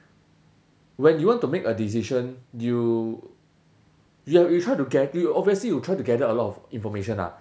when you want to make a decision you you try to gat~ you obviously you try to gather a lot of information lah